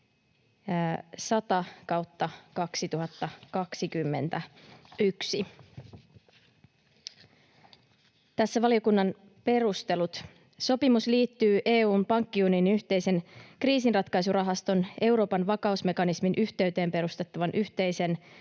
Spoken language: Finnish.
100/2021. Tässä valiokunnan perustelut: Sopimus liittyy EU:n pankkiunionin yhteisen kriisinratkaisurahaston Euroopan vakausmekanismin yhteyteen perustettavan yhteisen